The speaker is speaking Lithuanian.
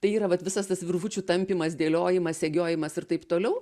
tai yra vat visas tas virvučių tampymas dėliojimas segiojimas ir taip toliau